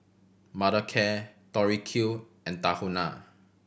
Mothercare Tori Q and Tahuna